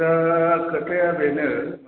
दा खोथाया बेनो माने